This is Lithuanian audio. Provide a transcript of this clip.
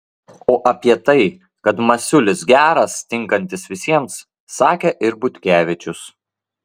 o apie tai kad masiulis geras tinkantis visiems sakė ir butkevičius